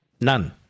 None